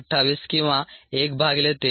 128 किंवा 1 भागिले ते